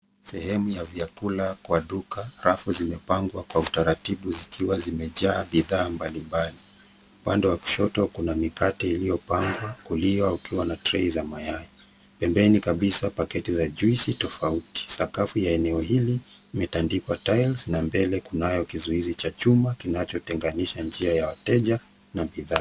Sehemu ya vyakula kwa duka. Rafu zimepangwa kwa utaratibu zikiwa zimejaa bidhaa mbalimbali. Upande wa kushoto kuna mikate iliyopangwa kulia ukiwa na trei za mayai. Pembeni kabisa paketi za juisi tofauti. Sakafu ya eneo hili limetandikwa tiles na mbele kunayo kizuizi cha chuma kinachotenganisha njia ya wateja na bidhaa.